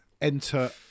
Enter